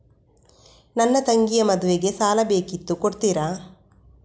ನನ್ನ ತಂಗಿಯ ಮದ್ವೆಗೆ ಸಾಲ ಬೇಕಿತ್ತು ಕೊಡ್ತೀರಾ?